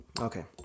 Okay